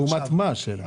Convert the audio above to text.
השאלה לעומת מה?